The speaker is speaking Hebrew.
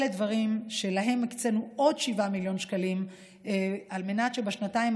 אלה דברים שלהם הקצינו 7 מיליון שקלים על מנת שבשנתיים